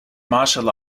martial